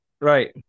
right